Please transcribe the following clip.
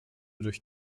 durch